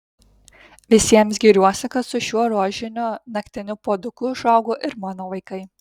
visiems giriuosi kad su šiuo rožiniu naktiniu puoduku užaugo ir mano vaikai